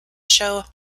show